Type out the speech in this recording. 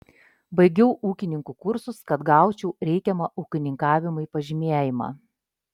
baigiau ūkininkų kursus kad gaučiau reikiamą ūkininkavimui pažymėjimą